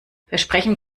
versprechen